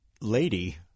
lady